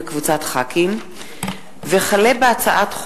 וזאב בילסקי וקבוצת חברי הכנסת,